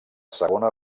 segona